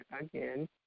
again